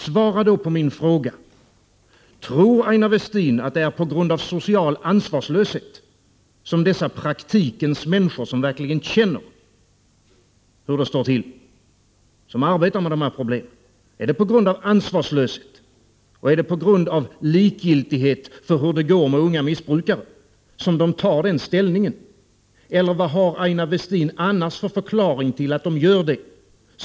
Svara då på min fråga: Tror Aina Westin att det är på grund av social ansvarslöshet och likgiltighet för unga missbrukare som dessa praktikens människor, som verkligen känner till hur det står till och som arbetar med dessa problem, tar den ställningen? Vad har Aina Westin annars för förklaring till att de gör det?